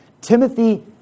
Timothy